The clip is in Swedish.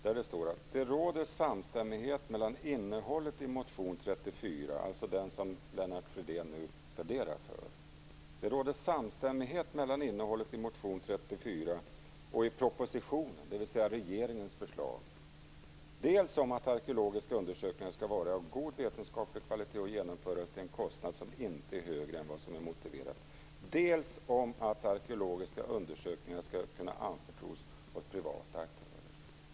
Där står det att det råder samstämmighet mellan innehållet i motion 34, alltså den som Lennart Fridén nu pläderar för, och i propositionen, dvs. regeringens förslag, dels om att arkeologiska undersökningar skall vara av god vetenskaplig kvalitet och genomföras till en kostnad som inte är högre än vad som är motiverat dels om att arkeologiska undersökningar skall kunna anförtros åt privata aktörer.